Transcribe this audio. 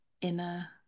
inner